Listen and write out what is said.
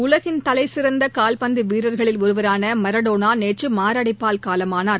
உலகின் தலைசிறந்த கால்பந்து வீரர்களில் ஒருவரான மரடோனா நேற்று மாரடைப்பால் காலமானார்